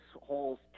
holes